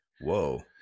Whoa